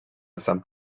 samt